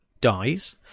dies